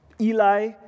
Eli